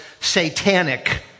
satanic